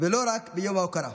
ולא רק ביום ההוקרה.